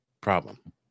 problem